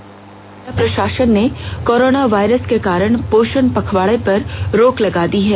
गिरिडीह जिला प्रषासन ने कोरोना वायरस के कारण पोषण पखवाड़ा पर रोक लगा दी है